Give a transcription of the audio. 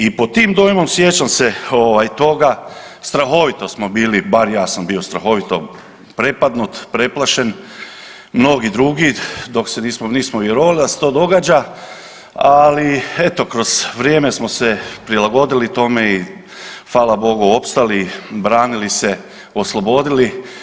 I pod tim dojmom sjećam se ovaj toga, strahovito smo bili, bar ja sam bio strahovito prepadnut, preplašen, mnogi drugi dok se nismo, nismo vjerovali da se to događa, ali eto kroz vrijeme smo se prilagodili tome i hvala Bogu opstali, branili se, oslobodili.